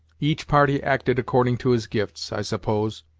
each party acted according to his gifts, i suppose,